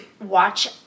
Watch